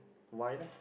why leh